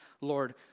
Lord